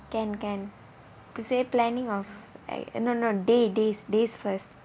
can can you see planning eh no no no days days first